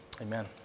Amen